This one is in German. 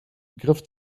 griff